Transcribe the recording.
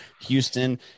Houston